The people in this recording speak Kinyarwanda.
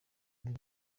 ibi